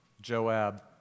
Joab